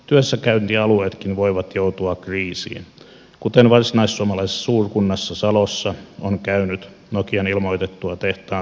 työssäkäyntialueetkin voivat joutua kriisiin kuten varsinaissuomalaisessa suurkunnassa salossa on käynyt nokian ilmoitettua tehtaan sulkemisesta